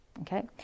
okay